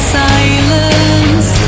silence